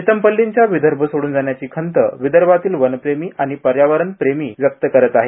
चितमपल्लींच्या विदर्भ सोडून जाण्याची खंत विदर्भातील वनप्रेमी आणि पर्यावरण प्रेमी व्यक्त करत आहेत